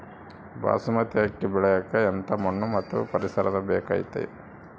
ಬಾಸ್ಮತಿ ಅಕ್ಕಿ ಬೆಳಿಯಕ ಎಂಥ ಮಣ್ಣು ಮತ್ತು ಪರಿಸರದ ಬೇಕಾಗುತೈತೆ?